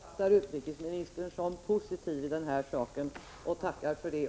Fru talman! Jag uppfattar att utrikesministern är positivt inställd till den här saken, och jag tackar för det.